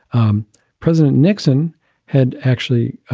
um president nixon had actually